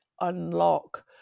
unlock